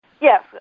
Yes